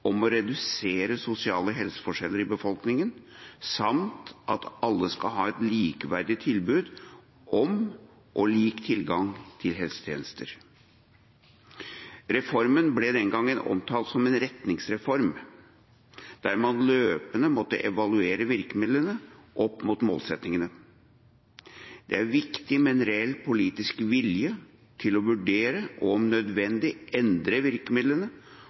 om å redusere sosiale helseforskjeller i befolkningen samt at alle skal ha et likeverdig tilbud om og lik tilgang til helsetjenester. Reformen ble den gangen omtalt som en retningsreform der man løpende måtte evaluere virkemidlene opp mot målsettingene. Det er viktig med en reell politisk vilje til å vurdere, og om nødvendig, endre virkemidlene